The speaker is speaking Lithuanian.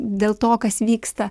dėl to kas vyksta